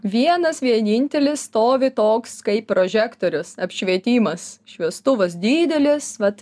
vienas vienintelis stovi toks kaip prožektorius apšvietimas šviestuvas didelis vat